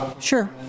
sure